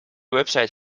website